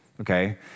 okay